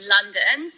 London